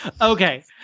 Okay